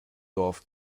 dorf